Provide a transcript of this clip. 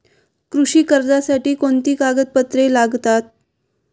कृषी कर्जासाठी कोणती कागदपत्रे लागतात?